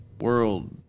world